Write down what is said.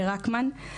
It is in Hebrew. לרקמן.